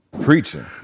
preaching